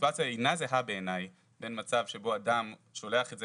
הסיטואציה אינה זהה בעיניי בין מצב שבו אדם שולח את זה